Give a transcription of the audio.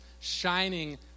shining